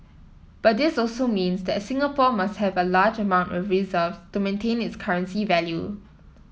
but this also means that Singapore must have a large amount of reserves to maintain its currency value